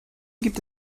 gibt